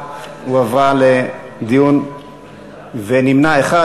נמנע אחד.